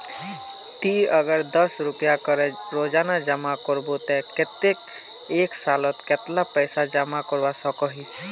ती अगर दस रुपया करे रोजाना जमा करबो ते कतेक एक सालोत कतेला पैसा जमा करवा सकोहिस?